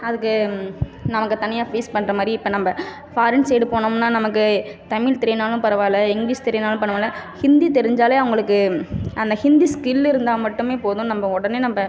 அதுக்கு நமக்குத் தனியாக ஃபீஸ் பண்ணுற மாதிரி இப்போ நம்ம ஃபாரின் சைடு போனோம்னால் நமக்கு தமிழ் தெரியலனாலும் பரவாயில்ல இங்கிலீஸ் தெரியலைனாலும் பரவாயில்ல ஹிந்தி தெரிஞ்சாலே அவங்களுக்கு அந்த ஹிந்தி ஸ்கில் இருந்தால் மட்டுமே போதும் நம்ம உடனே நம்ம